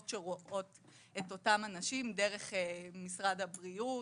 שרואות את אותם אנשים דרך משרד הבריאות,